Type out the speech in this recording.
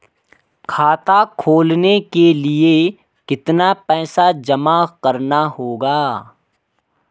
खाता खोलने के लिये कितना पैसा जमा करना होगा?